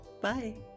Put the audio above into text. Bye